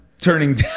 Turning